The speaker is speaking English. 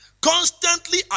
Constantly